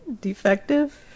Defective